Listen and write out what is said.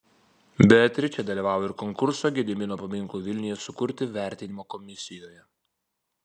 beatričė dalyvavo ir konkurso gedimino paminklui vilniuje sukurti vertinimo komisijoje